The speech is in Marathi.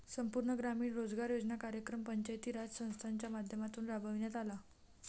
संपूर्ण ग्रामीण रोजगार योजना कार्यक्रम पंचायती राज संस्थांच्या माध्यमातून राबविण्यात आला